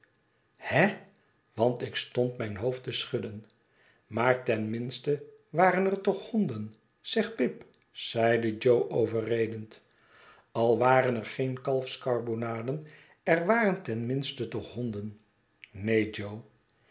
he want ik stond mijn hoofd te schudden maar ten minste waren er toch honden zeg pip zeide jo overredend al waren er geen kalfskarbonaden er waren ten minste toch honden neen